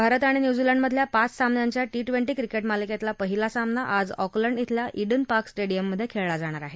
भारत आणि न्यूझीलंडमधल्या पाच सामन्यांच्या टी ट्वेंटी क्रिकेट मालिकेतला पहिला सामना आज ऑकलंड इथल्या ईडन पार्क स्टेडिअममधे खेळला जाणार आहे